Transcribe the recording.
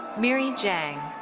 miee jang.